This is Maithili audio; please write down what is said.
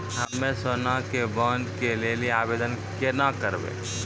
हम्मे सोना के बॉन्ड के लेली आवेदन केना करबै?